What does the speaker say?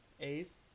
A's